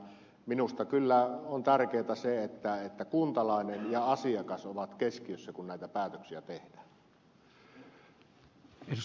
minusta kyllä on tärkeää se että kuntalainen ja asiakas ovat keskiössä kun näitä päätöksiä tehdään